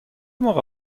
موقع